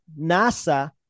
NASA